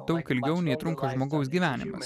daug ilgiau nei trunka žmogaus gyvenimas